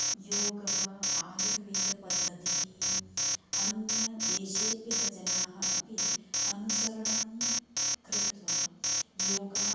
योगः आयुर्वेदपद्धतिः अन्यदेशेभ्यः जनाः अपि अनुसरणं कृत्वा योगात्